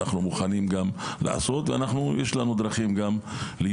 אנחנו מוכנים גם לעשות ויש לנו גם דרכים ליישום